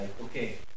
okay